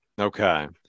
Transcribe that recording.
Okay